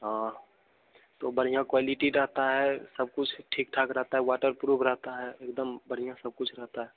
हाँ तो बढ़िया क्वालिटी रहता है सब कुछ ठीक ठाक रहता है वाटरप्रूफ रहता है एकदम बढ़िया सब कुछ रहता है